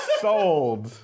sold